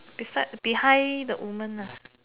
beside behind the woman ah